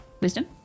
wisdom